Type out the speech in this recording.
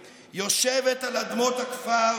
לא שפוי,